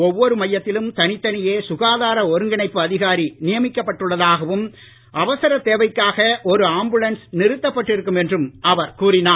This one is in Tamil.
ஒவ்வொரு மையத்திலும் தனித்தனியே சுகாதார ஒருங்கிணைப்பு அதிகாரி நியமிக்கப் பட்டுள்ளதாகவும் அவசர தேவைக்காக ஒரு ஆம்புலன்ஸ் நிறுத்தப் பட்டிருக்கும் என்றும் அவர் கூறினார்